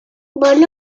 bon